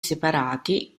separati